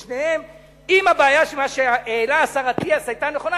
אם הבעיה שהעלה השר אטיאס היתה נכונה,